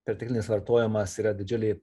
perteklinis vartojimas yra didžiulė